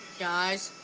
guys.